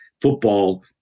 football